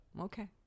Okay